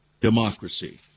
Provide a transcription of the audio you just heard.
democracy